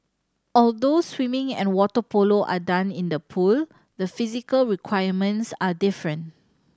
although swimming and water polo are done in the pool the physical requirements are different